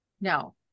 No